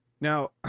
now